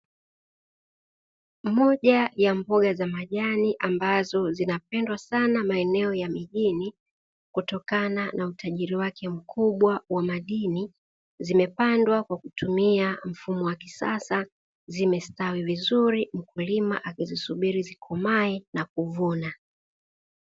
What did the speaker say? Moja ya mboga za majani ambazo zinapendwa sana maeneo ya mijini kutokana na utajiri wake mkubwa wa madini, zimepandwa kwakutumia mfumo wa kisasa zimestawi vizuri, mkulima akizisubiri zikomae na kuvuna.